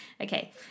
Okay